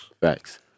Facts